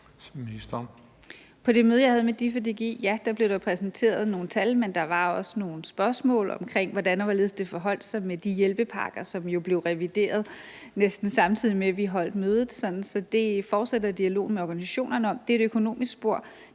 På det møde, jeg havde med DIF og DGI, blev der præsenteret nogle tal, men der var også nogle spørgsmål om, hvordan og hvorledes det forholder sig med de hjælpepakker, som jo blev revideret, næsten samtidig med at vi holdt mødet. Så det, jeg fortsætter dialogen med organisationerne om, er et økonomisk spor.